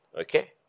Okay